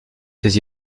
ses